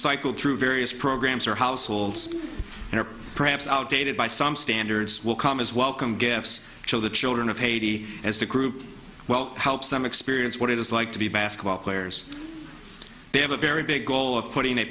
cycled through various programs or households and are perhaps outdated by some standards will come as welcome gifts so the children of haiti as a group well helps them experience what it is like to be basketball players they have a very big goal of putting a